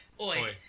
Oi